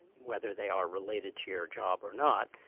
whether they are related to your job or not,